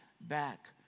back